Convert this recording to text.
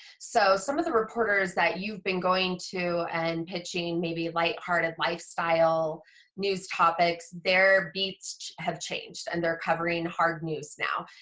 so some of the reporters that you've been going to and pitching maybe light-hearted lifestyle news topics they're beats have changed and they're covering hard news now.